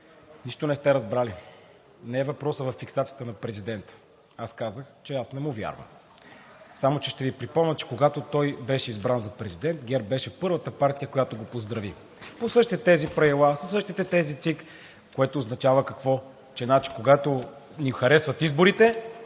нищо не сте разбрал. Не е въпросът във фиксацията на президента. Аз казах, че аз не му вярвам. Само че ще Ви припомня, че когато той беше избран за президент, ГЕРБ беше първата партия, която го поздрави, по същите тези правила, със същите тези ЦИК, което означава какво? Когато ни харесват изборите,